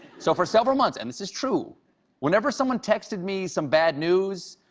so for several months and this is true whenever someone texted me some bad news,